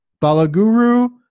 Balaguru